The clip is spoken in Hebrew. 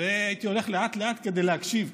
והייתי הולך לאט-לאט כדי להקשיב,